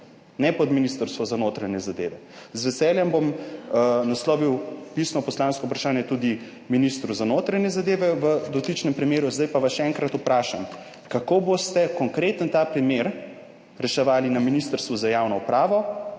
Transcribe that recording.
ne pod Ministrstvo za notranje zadeve. Z veseljem bom naslovil pisno poslansko vprašanje tudi na ministra za notranje zadeve v dotičnem primeru, zdaj pa vas še enkrat vprašam, kako boste ta konkretni primer reševali na Ministrstvu za javno upravo.